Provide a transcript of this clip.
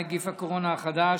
נגיף הקורונה החדש),